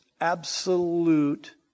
absolute